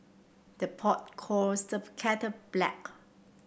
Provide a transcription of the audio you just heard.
the pot calls the kettle black